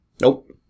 Nope